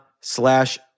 slash